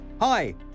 Hi